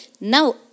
now